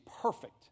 perfect